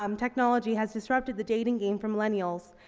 um technology has disrupted the dating game for millennials,